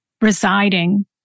residing